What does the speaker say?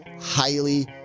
highly